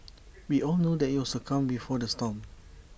we all know that IT was the calm before the storm